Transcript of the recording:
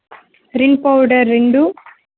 Rin powder రెండు